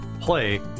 play